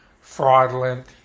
fraudulent